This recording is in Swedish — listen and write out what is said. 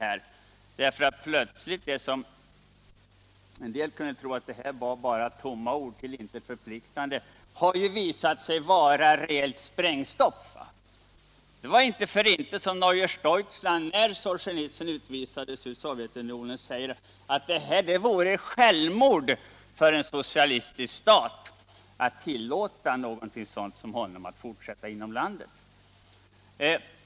Man kunde ju tro att det bara var tomma och till intet förpliktande ord som sades, men det har sedan visat sig vara rejält sprängstoff. Det var inte för inte som Neues Deutschland skrev, när Solzjenitsyn utvisades från Sovjetunionen, att det vore självmord för en socialistisk stat att tillåta att han fick fortsätta inom landet.